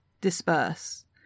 disperse